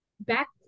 Back